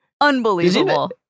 Unbelievable